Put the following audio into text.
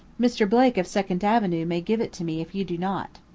mr. blake of second avenue may give it to me if you do not.